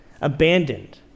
Abandoned